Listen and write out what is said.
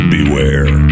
Beware